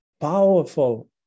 powerful